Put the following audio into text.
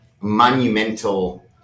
monumental